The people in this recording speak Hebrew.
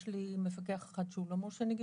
יש לי מפקח אחד שהוא לא מורשה נגישות.